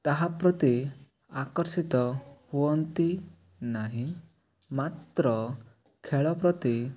ତାହା ପ୍ରତି ଆକର୍ଷିତ ହୁଅନ୍ତି ନାହିଁ ମାତ୍ର ଖେଳ ପ୍ରତି